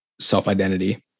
self-identity